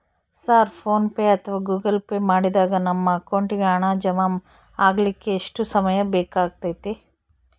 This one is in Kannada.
ಸರ್ ಫೋನ್ ಪೆ ಅಥವಾ ಗೂಗಲ್ ಪೆ ಮಾಡಿದಾಗ ನಮ್ಮ ಅಕೌಂಟಿಗೆ ಹಣ ಜಮಾ ಆಗಲಿಕ್ಕೆ ಎಷ್ಟು ಸಮಯ ಬೇಕಾಗತೈತಿ?